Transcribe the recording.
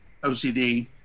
OCD